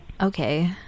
Okay